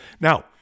Now